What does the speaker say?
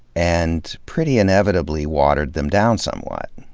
and pretty inevitably watered them down somewhat.